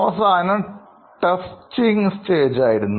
അവസാനം testing stage ആയിരുന്നു